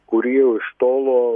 kuri jau iš tolo